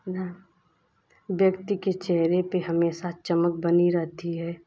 हाँ व्यक्ति के चेहरे पे हमेशा चमक बनी रहती है